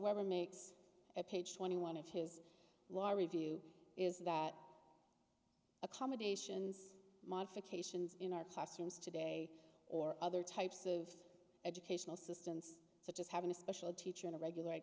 makes at page twenty one of his law review is that accommodations modifications in our classrooms today or other types of educational systems such as having a special teacher in a regular